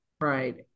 Right